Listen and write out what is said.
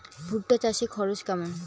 ভুট্টা চাষে খরচ কেমন?